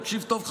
תקשיב טוב,